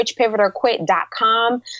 switchpivotorquit.com